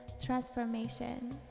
transformation